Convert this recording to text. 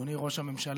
אדוני ראש הממשלה,